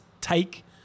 take